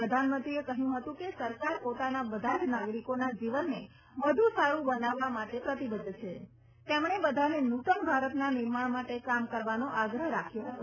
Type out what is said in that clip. પ્રધાનમંત્રીએ કહયું હતું કે સરકાર પોતાના બધા જ નાગરીકોના જીવનને વધુ સારૂ બનાવવા માટે પ્રતિબધ્ધ છે તેમણે બધાને નુતન ભારતના નિર્માણ માટે કામ કરવાનો આગ્રહ રાખ્યો હતો